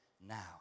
now